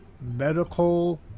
Medical